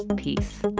peace